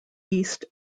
east